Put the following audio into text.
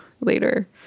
later